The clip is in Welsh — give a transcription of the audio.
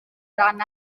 rhan